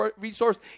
resource